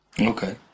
Okay